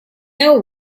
know